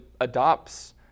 adopts